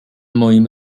moim